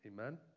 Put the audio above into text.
Amen